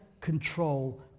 control